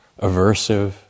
aversive